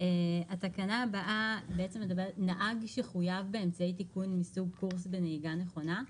התקנה הבאה נהג שחויב באמצעי תיקון מסוג קורס נהיגה נכונה,